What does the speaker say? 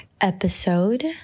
episode